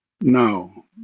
No